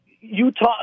Utah